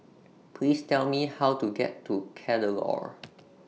Please Tell Me How to get to Kadaloor